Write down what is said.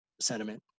sentiment